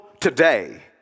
today